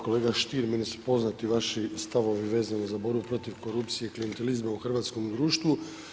Kolega Stier, meni su poznati vaši stavovi vezani za borbu protiv korupcije i klijentelizma u hrvatskom društvu.